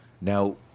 Now